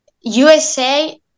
usa